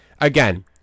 Again